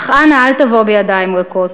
אך אנא אל תבוא בידיים ריקות.